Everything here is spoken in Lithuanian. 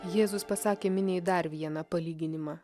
jėzus pasakė miniai dar vieną palyginimą